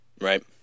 Right